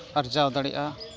ᱟᱨᱡᱟᱣ ᱫᱟᱲᱮᱜᱼᱟ